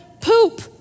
poop